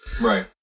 right